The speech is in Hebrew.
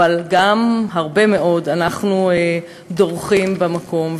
אבל גם הרבה מאוד אנחנו דורכים במקום.